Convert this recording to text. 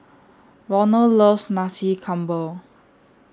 Ronald loves Nasi Campur